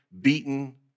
beaten